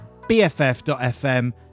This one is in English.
BFF.FM